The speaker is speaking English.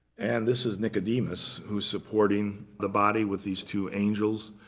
and this is nicodemus, who is supporting the body with these two angels.